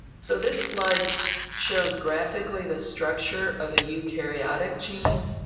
so this slide shows graphically the structure of a eukaryotic gene.